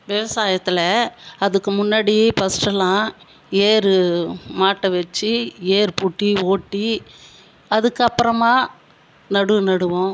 விவசாயத்தில் அதுக்கு முன்னாடி ஃபர்ஸ்ட்டெல்லாம் ஏரு மாட்டை வச்சு ஏர் பூட்டி ஓட்டி அதுக்கப்புறமா நடுவு நடுவோம்